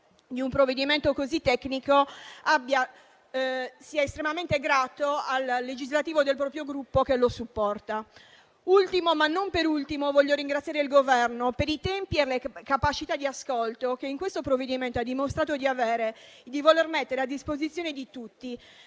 di un provvedimento così tecnico sia estremamente grato all'ufficio legislativo del proprio Gruppo che lo supporta. In ultimo, ma non per ultimo, desidero ringraziare il Governo per i tempi e le capacità di ascolto che in questo provvedimento ha dimostrato di avere e di voler mettere a disposizione di tutti.